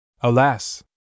Alas